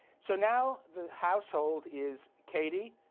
so now the household is katie,